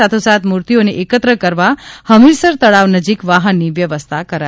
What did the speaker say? સાથોસાથ મૂર્તિઓને એકત્ર કરવા હમીરસર તળાવ નજીક વાહનની વ્યવસ્થા કરાશે